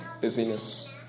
busyness